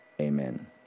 Amen